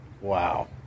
wow